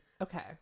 Okay